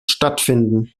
stattfinden